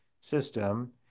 System